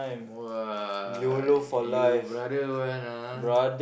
!wah! you brother one ah